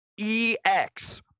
EX